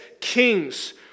kings